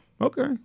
Okay